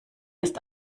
ist